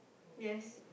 yes